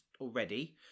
already